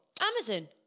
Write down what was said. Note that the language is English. amazon